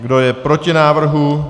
Kdo je proti návrhu?